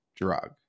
drug